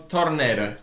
Tornado